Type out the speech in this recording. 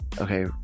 Okay